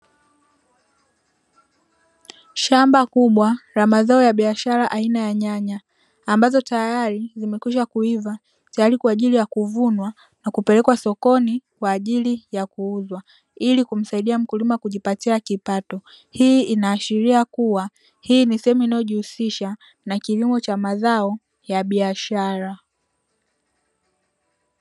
Shamba kubwa la mazao ya biashara aina ya nyanya, ambazo tayari zimekwisha kuiva, tayari kwa ajili ya kuvunwa na kupelekwa sokoni kwa ajili ya kuuzwa, ili kumsaidia mkulima kujipatia kipato. Hii inaashiria kuwa hii ni sehemu inayojihusisha na kilimo cha mazao ya biashara.